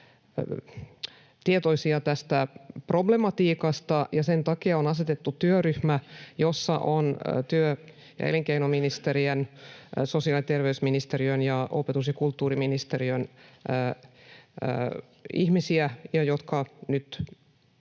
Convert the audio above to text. tietoisia tästä problematiikasta. Sen takia on asetettu työryhmä, jossa on työ- ja elinkeinoministeriön, sosiaali- ja terveysministeriön ja opetus- ja kulttuuriministeriön ihmisiä, jotka nyt